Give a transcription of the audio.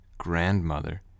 grandmother